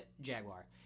Jaguar